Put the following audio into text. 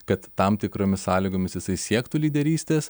kad tam tikromis sąlygomis jisai siektų lyderystės